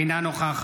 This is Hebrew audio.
אינו נוכח